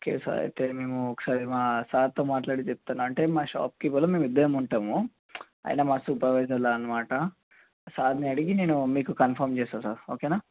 okay sir అయితే మేము ఒకసారి మా సార్తో మాట్లాడి చెప్తాను అంటే మా షాప్ కేవలం మేము ఇద్దరం ఉంటాము ఆయన మా సూపర్వైజర్లాగా అన్నమాట సార్ని అడిగి నేను మీకు కన్ఫామ్ చేస్తాను సార్ ఓకేనా